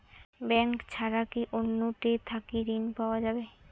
Bank ছাড়া কি অন্য টে থাকি ঋণ পাওয়া যাবে?